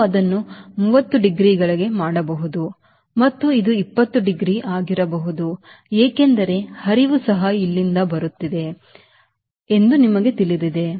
ನೀವು ಅದನ್ನು 30 ಡಿಗ್ರಿಗಳಿಗೆ ಮಾಡಬಹುದು ಮತ್ತು ಇದು 20 ಡಿಗ್ರಿ ಆಗಿರಬಹುದು ಏಕೆಂದರೆ ಹರಿವು ಸಹ ಇಲ್ಲಿಂದ ಬರುತ್ತಿದೆ ಎಂದು ನಿಮಗೆ ತಿಳಿದಿದೆ